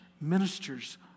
ministers